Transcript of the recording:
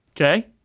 Okay